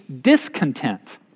discontent